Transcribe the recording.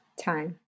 time